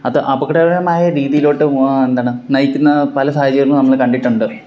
അത് അപകടകരമായ രീതിയിലോട്ട് എന്താണ് നയിക്കുന്ന പല സാഹചര്യങ്ങളും നമ്മള് കണ്ടിട്ടുണ്ട്